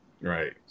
right